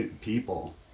people